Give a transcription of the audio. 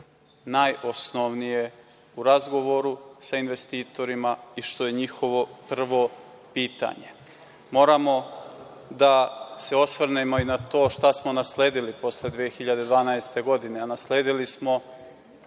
najosnovnije u razgovoru sa investitorima i što je njihovo prvo pitanje. Moramo da se osvrnemo i na to šta smo nasledili posle 2012. godine, a nasledili smo